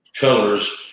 colors